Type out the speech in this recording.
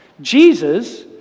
Jesus